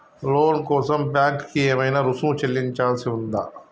లోను కోసం బ్యాంక్ కి ఏమైనా రుసుము చెల్లించాల్సి ఉందా?